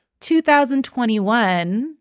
2021